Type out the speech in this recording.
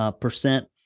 percent